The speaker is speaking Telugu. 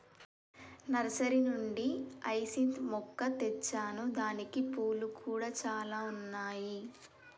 నర్సరీ నుండి హైసింత్ మొక్క తెచ్చాను దానికి పూలు కూడా చాల ఉన్నాయి